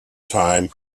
time